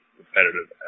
competitive